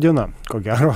diena ko gero